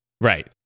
Right